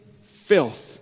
filth